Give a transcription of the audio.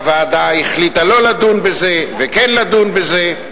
והוועדה החליטה לא לדון בזה וכן לדון בזה,